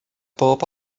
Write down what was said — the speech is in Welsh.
bob